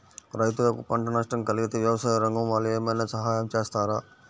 రైతులకు పంట నష్టం కలిగితే వ్యవసాయ రంగం వాళ్ళు ఏమైనా సహాయం చేస్తారా?